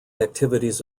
activities